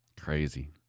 Crazy